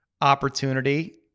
opportunity